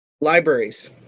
Libraries